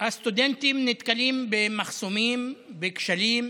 והסטודנטים נתקלים במחסומים, בכשלים,